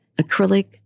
acrylic